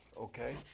okay